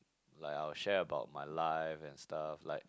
like I will share about my life and stuff like